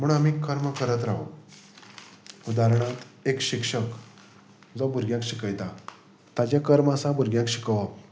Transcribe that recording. म्हूण आमी कर्म करत रावप उदाहारणांत एक शिक्षक जो भुरग्यांक शिकयता ताचें कर्म आसा भुरग्यांक शिकोवप